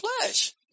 flesh